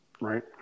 Right